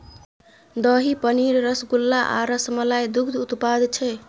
दही, पनीर, रसगुल्ला आ रसमलाई दुग्ध उत्पाद छै